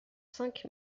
cinq